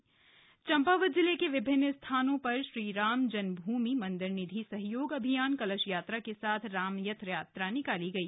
मरथ यात्रा चम्पावत जिले के विभिन्न स्थानों में श्रीरामजन्म भूमि मंदिर निधि सहयोग अभियान कलश यात्रा के साथ रामरथ यात्रा निकाली गई